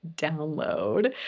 download